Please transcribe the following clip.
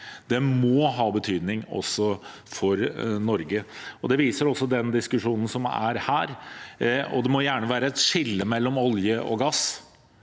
Det må ha betydning også for Norge. Det viser også den diskusjonen som er her, og det må gjerne være et skille mellom olje og gass.